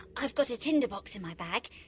i've got a tinderbox in my bag.